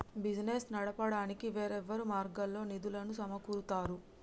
business నడపడానికి వేర్వేరు మార్గాల్లో నిధులను సమకూరుత్తారు